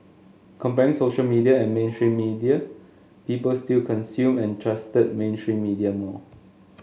comparing social media and mainstream media people still consumed and trusted mainstream media more